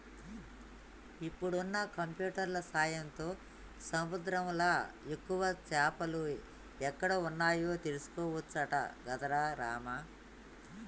ఇప్పుడున్న కంప్యూటర్ల సాయంతో సముద్రంలా ఎక్కువ చేపలు ఎక్కడ వున్నాయో తెలుసుకోవచ్చట గదరా రామా